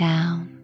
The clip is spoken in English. Down